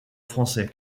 français